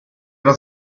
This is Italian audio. era